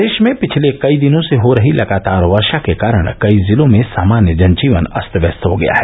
प्रदेश में पिछले कई दिनों से हो रही लगातार वर्शा के कारण कई जिलों में सामान्य जनजीवन अस्त व्यस्त हो गया है